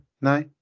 no